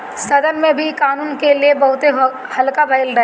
सदन में भी इ कानून के ले बहुते हो हल्ला भईल रहे